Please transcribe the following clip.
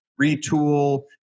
retool